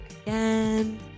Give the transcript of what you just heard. again